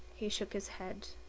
he shook his head.